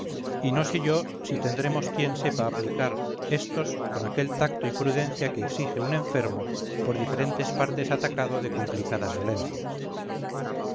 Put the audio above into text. y no sé yo si tendremos quien sepa aplicar estos con aquel tacto y prudencia que exige un enfermo por diferentes partes atacado de complicadas dolencias